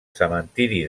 cementiri